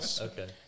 Okay